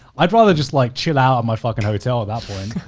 i'd rather just like chill out at my fucking hotel at that point.